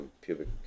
pubic